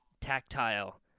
tactile